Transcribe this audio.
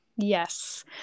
Yes